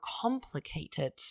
complicated